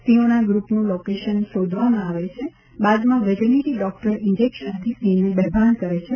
સિંહોના ગ્રૂપનું લોકેશન શોધવામાં આવે છે બાદમાં વેટરનીટી ડોક્ટર ઇન્જેક્શનથી સિંહને બેભાન કરે છે